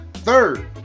Third